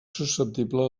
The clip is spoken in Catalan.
susceptible